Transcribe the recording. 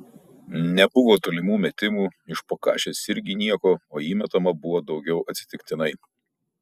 nebuvo tolimų metimų iš po kašės irgi nieko o įmetama buvo daugiau atsitiktinai